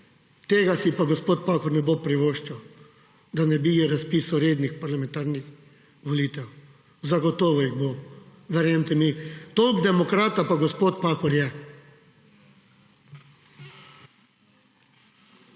Tega si pa gospod Pahor ne bo privoščil, da ne bi razpisal rednih parlamentarnih volitev. Zagotovo jih bo, verjemite mi. Toliko demokrata pa gospod Pahor je.